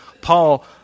Paul